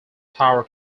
power